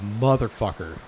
motherfucker